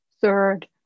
third